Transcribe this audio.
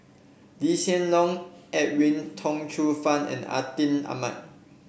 Lee Hsien Loong Edwin Tong Chun Fai and Atin Amat